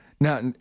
now